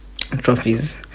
trophies